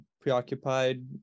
preoccupied